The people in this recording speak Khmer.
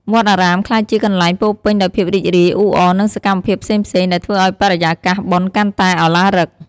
វត្តអារាមក្លាយជាកន្លែងពោរពេញដោយភាពរីករាយ អ៊ូអរ និងសកម្មភាពផ្សេងៗ ដែលធ្វើឱ្យបរិយាកាសបុណ្យកាន់តែឱឡារិក។